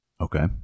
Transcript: Okay